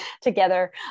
together